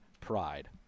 Pride